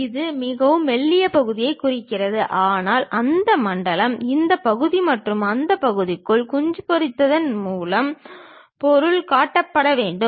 இது மிகவும் மெல்லிய பகுதியைக் குறிக்கிறது ஆனால் அந்த மண்டலம் இந்த பகுதி மற்றும் அந்த பகுதிக்குள் குஞ்சு பொரித்ததன் மூலம் பொருள் காட்டப்பட வேண்டும்